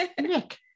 nick